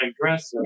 aggressive